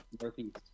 Northeast